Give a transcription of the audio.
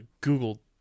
Google